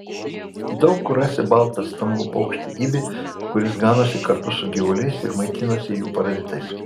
daug kur rasi baltą stambų paukštį ibį kuris ganosi kartu su gyvuliais ir maitinasi jų parazitais